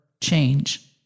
change